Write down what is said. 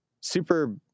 super